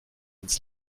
ins